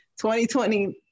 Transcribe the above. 2020